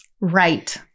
Right